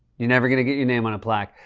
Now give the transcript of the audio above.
you're never gonna get your name on a plaque.